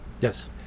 Yes